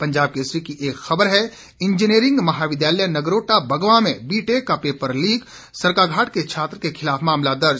पंजाब केसरी की एक खबर है इंजीनियरिंग महाविद्यालय नगरोटा बगवां में बीटेक का पेपर लीक सरकाघाट के छात्र के खिलाफ मामला दर्ज